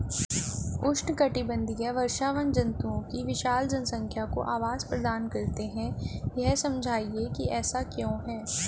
उष्णकटिबंधीय वर्षावन जंतुओं की विशाल जनसंख्या को आवास प्रदान करते हैं यह समझाइए कि ऐसा क्यों है?